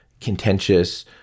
contentious